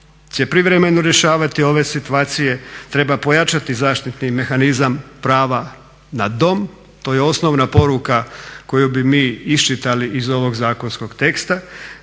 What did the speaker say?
privremeno rješavati ove situacije. Treba pojačati zaštitni mehanizam prava na dom, to je osnovna poruka koju bi mi iščitali iz ovog zakonskog teksta.